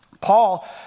Paul